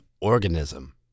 organism